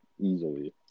Easily